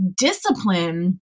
discipline